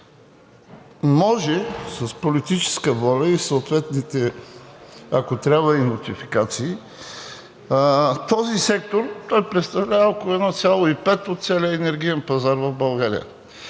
може с политическа воля и съответните, ако трябва и нотификации, този сектор – той представлява около 1,5 от целия енергиен пазар в България,